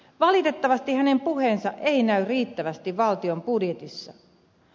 valitettavasti hänen puheensa ei näy riittävästi valtion budjetissa